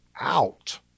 out